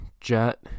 Jet